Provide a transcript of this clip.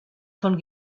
von